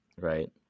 right